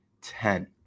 Ten